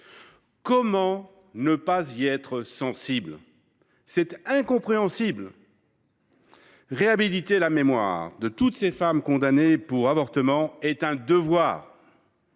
Comment ne pas y être sensible ? Ce serait incompréhensible ! Réhabiliter la mémoire de toutes ces femmes condamnées pour avortement est un devoir.